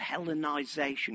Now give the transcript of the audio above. Hellenization